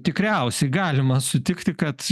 tikriausiai galima sutikti kad